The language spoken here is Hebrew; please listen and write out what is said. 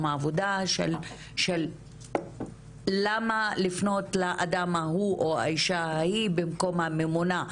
העבודה של למה לפנות לאדם ההוא או האישה ההיא במקום הממונה,